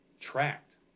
tracked